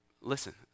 Listen